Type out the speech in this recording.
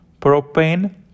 propane